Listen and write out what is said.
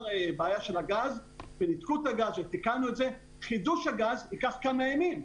בעיה של הגז וניתקו את הגז ותיקנו את זה חידוש הגז ייקח כמה ימים.